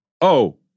oh-